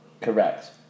Correct